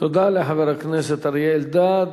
תודה לחבר הכנסת אריה אלדד.